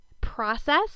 process